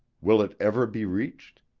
will it ever be reached.